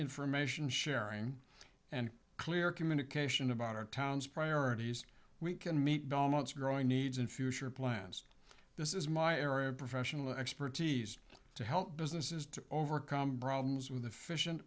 information sharing and clear communication about our town's priorities we can meet belmont's growing needs and future plans this is my area of professional expertise to help businesses to overcome problems with the fis